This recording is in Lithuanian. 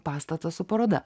pastatą su paroda